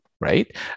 right